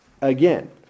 again